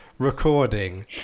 recording